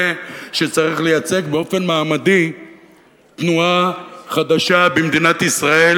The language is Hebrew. שצריך לייצג באופן מעמדי תנועה חדשה במדינת ישראל,